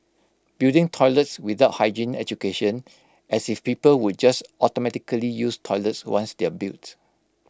building toilets without hygiene education as if people would just automatically use toilets once they're built